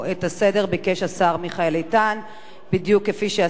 בדיוק כפי שעשה זאת לפניו שר הפנים אליהו ישי,